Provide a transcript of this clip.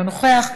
אינו נוכח,